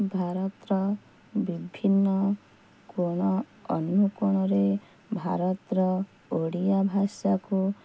ଭାରତର ବିଭିନ୍ନ କୋଣ ଅନୁକୋଣରେ ଭାରତର ଓଡ଼ିଆ ଭାଷାକୁ